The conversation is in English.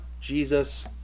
Jesus